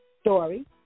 story